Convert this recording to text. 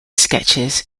sketches